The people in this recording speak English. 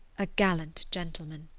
a gallant gentleman.